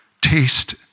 taste